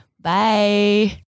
Bye